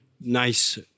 nice